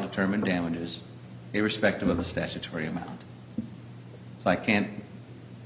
determine damages irrespective of the statutory amount so i can't